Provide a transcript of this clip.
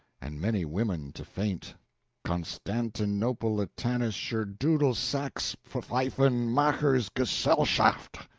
and many women to faint constantinopolitanischerdudelsackspfeifenmachersgesellschafft!